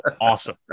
awesome